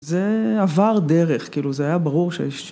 זה עבר דרך, כאילו זה היה ברור שיש...